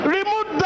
Remove